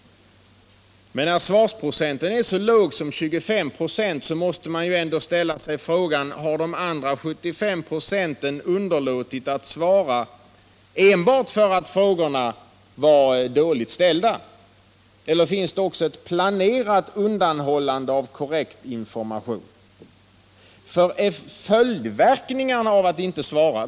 Men när svarsprocenten är så låg som 25 96, måste man ändå ställa frågan: Har de andra 75 96 underlåtit att svara enbart därför att frågorna har varit dåligt ställda eller Nr 7 finns det också ett planerat undanhållande av korrekt information? Vilka Torsdagen den är följdverkningarna av att inte svara?